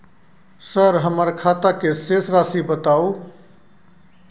Sir हमर खाता के शेस राशि बताउ?